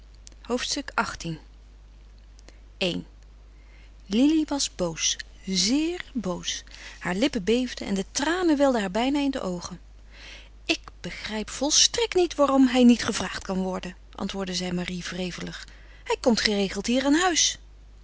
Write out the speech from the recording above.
hoofdstuk xviii i lili was boos zeer boos haar lippen beefden en de tranen welden haar bijna in de oogen ik begrijp volstrekt niet waarom hij niet gevraagd kan worden antwoordde zij marie wrevelig hij komt geregeld hier aan huis